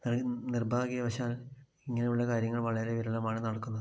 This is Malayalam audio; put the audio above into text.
നിർഭാഗ്യവശാൽ ഇങ്ങനെയുള്ള കാര്യങ്ങൾ വളരെ വിരളമാണ് നടക്കുന്നത്